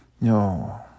No